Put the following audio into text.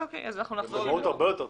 הרבה יותר טוב.